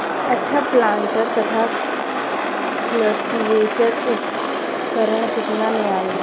अच्छा प्लांटर तथा क्लटीवेटर उपकरण केतना में आवेला?